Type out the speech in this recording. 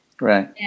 Right